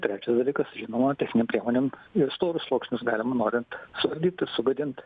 trečias dalykas žinoma techninėm priemonėm ir storus sluoksnius galima norint sudaryti sugadint